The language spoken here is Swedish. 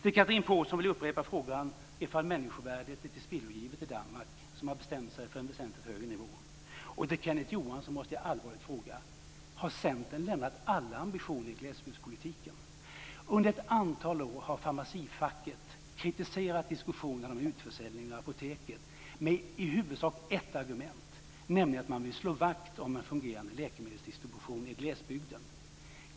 Chatrine Pålsson, jag vill upprepa frågan ifall människovärdet är tillspillogivet i Danmark där man har bestämt sig för en väsentligt högre nivå. Centern lämnat alla ambitioner i glesbygdspolitiken? Under ett antal år har Farmacifacket kritiserat diskussionen om en utförsäljning av Apoteket med i huvudsak ett argument, nämligen att man vill slå vakt om en fungerande läkemedelsdistribution i glesbygden.